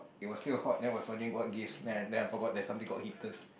it was still hot then I was wondering what gives then I then I forgot there's something called heaters